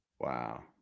Wow